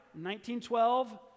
1912